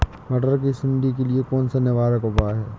मटर की सुंडी के लिए कौन सा निवारक उपाय है?